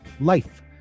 life